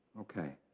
Okay